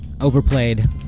overplayed